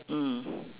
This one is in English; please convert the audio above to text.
mm